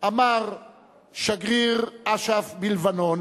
מספר אמר שגריר אש"ף בלבנון